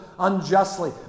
Unjustly